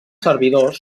servidors